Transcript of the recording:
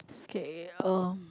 okay uh